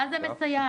מה זה: "מסייעת"?